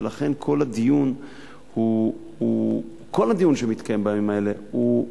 ולכן כל הדיון שמתקיים בימים האלה הוא,